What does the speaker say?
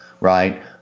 right